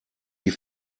die